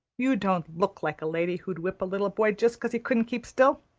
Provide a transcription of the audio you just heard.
you don't look like a lady who'd whip a little boy just cause he couldn't keep still.